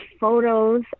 photos